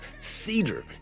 cedar